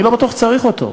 אני לא בטוח שצריך אותו.